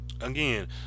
again